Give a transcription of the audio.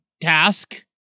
task